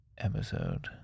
Episode